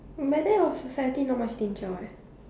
but then our society not much danger eh